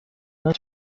not